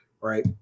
Right